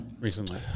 recently